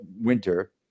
winter